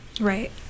right